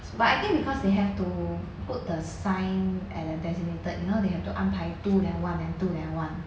but I think because they have to put the sign at a designated you know they have to 安排 two then one then two then one